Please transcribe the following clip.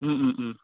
ওম Om ওম